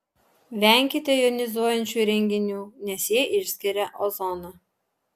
venkite jonizuojančių įrenginių nes jie išskiria ozoną